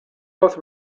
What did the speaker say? both